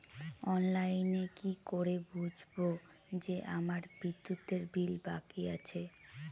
অনলাইনে কি করে বুঝবো যে আমার বিদ্যুতের বিল বাকি আছে?